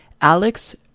alex